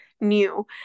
new